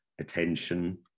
attention